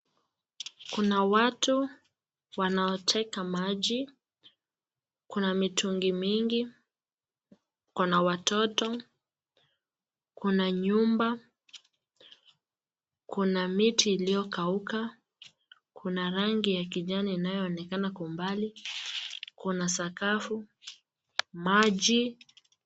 Kuna watu wanaoteka maji, kuna mitungi mingi, kuna watoto ,kuna nyumba, kuna miti iliyokauka, kuna rangi ya kijani inayoonekana kwa umbali, kuna sakafu, maji.